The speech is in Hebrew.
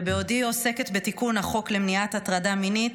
ובעודנו עוסקים בתיקון החוק למניעת הטרדה מינית,